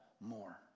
more